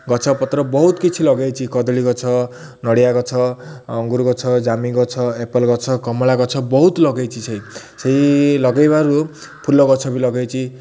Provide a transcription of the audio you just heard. ଗଛ ପତ୍ର ବହୁତ କିଛି ଲଗେଇଛି କଦଳୀ ଗଛ ନଡ଼ିଆ ଗଛ ଅଙ୍ଗୁରଗଛ ଜାମୁ ଗଛ ଏପଲ୍ ଗଛ କମଳା ଗଛ ବହୁତ ଲଗେଇଛି ସେଇ ସେଇ ଲଗେଇବାରୁ ଫୁଲ ଗଛ ବି ଲଗେଇଛି